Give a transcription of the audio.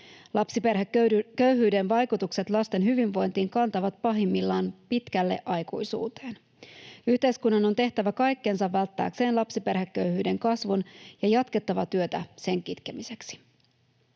Lapsiperheköyhyyden vaikutukset lasten hyvinvointiin kantavat pahimmillaan pitkälle aikuisuuteen. Yhteiskunnan on tehtävä kaikkensa välttääkseen lapsiperheköyhyyden kasvun ja jatkettava työtä sen kitkemiseksi.